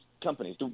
companies